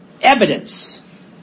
evidence